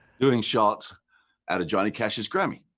doing shots at a johnny crash's grammy.